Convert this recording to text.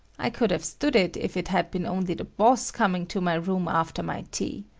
i could have stood it if it had been only the boss coming to my room after my tea.